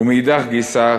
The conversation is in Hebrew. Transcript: ומאידך גיסא,